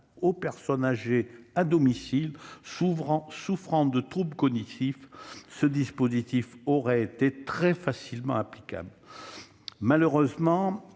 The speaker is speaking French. aux personnes âgées vivant à domicile et souffrant de troubles cognitifs. Ce dispositif aurait été très facilement applicable. Malheureusement,